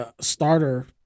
starter